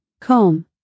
Comb